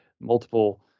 multiple